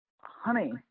honey